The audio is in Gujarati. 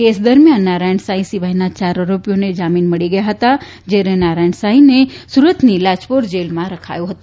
કેસ દરમિયાન નારાયણ સાંઈ સિવાયના ચાર આરોપીને જામીન મળી ગયા હતા જ્યારે નારાયણ સાંઈને લાજપોર જેલમાં રખાયો હતો